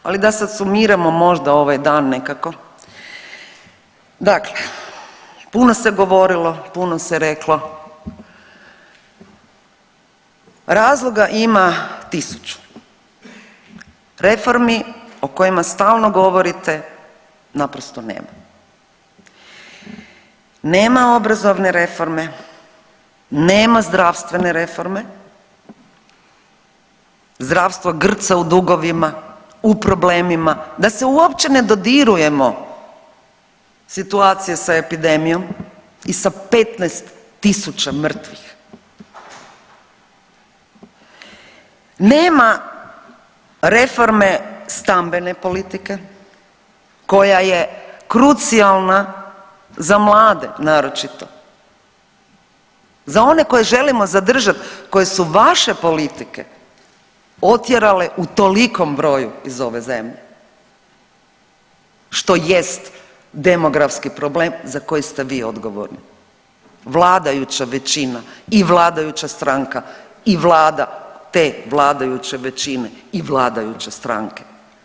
Ali da sad sumiramo možda ovaj dan nekako, dakle puno se govorilo, puno se reklo, razloga ima tisuću, reformi o kojima stalno govorite naprosto nema, nema obrazovne reforme, nema zdravstvene reforme, zdravstvo grca u dugovima, u problemima, da se uopće ne dodirujemo situacije sa epidemijom i sa 15 tisuća mrtvih, nema reforme stambene politike koja je krucijalna za mlade, naročito za one koje želimo zadržat koje su vaše politike otjerale u tolikom broju iz ove zemlje, što jest demografski problem za koji ste vi odgovorni, vladajuća većina i vladajuća stranka i vlada te vladajuće većine i vladajuće stranke.